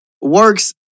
Works